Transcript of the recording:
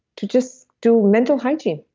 to just do mental hygiene,